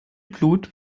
blut